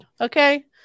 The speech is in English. Okay